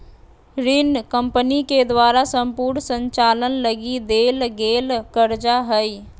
ऋण कम्पनी के द्वारा सम्पूर्ण संचालन लगी देल गेल कर्जा हइ